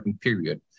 period